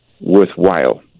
worthwhile